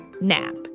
NAP